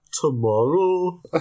tomorrow